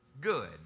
good